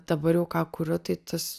dabar jau ką kuriu tai tas